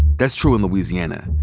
that's true in louisiana,